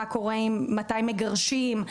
מתי מגרשים,